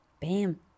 Bam